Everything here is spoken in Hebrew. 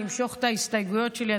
אני אמשוך את ההסתייגות שלי,